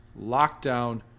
lockdown